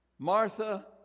Martha